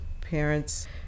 parents